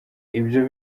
ibyo